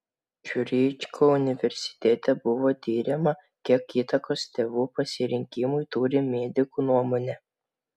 ciuricho universitete buvo tiriama kiek įtakos tėvų pasirinkimui turi medikų nuomonė